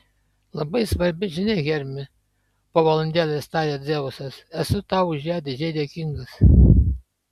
labai svarbi žinia hermi po valandėlės tarė dzeusas esu tau už ją didžiai dėkingas